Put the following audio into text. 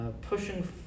Pushing